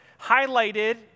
highlighted